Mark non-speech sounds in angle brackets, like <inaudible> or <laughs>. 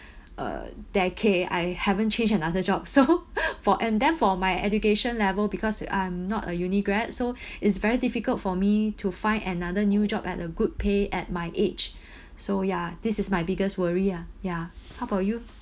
<breath> uh decade I haven't changed another job so <laughs> <breath> for and then for my education level because I'm not a uni grad so <breath> is very difficult for me to find another new job at a good pay at my age <breath> so ya this is my biggest worry ah ya how about you